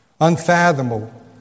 unfathomable